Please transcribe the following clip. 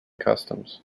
customs